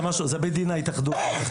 זה בית דין ההתאחדות.